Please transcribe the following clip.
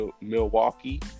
Milwaukee